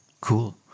cool